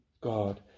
God